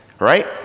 right